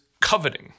coveting